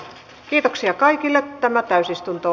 kiitoksia kaikille tämä täysistunto